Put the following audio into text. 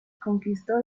conquistó